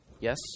yes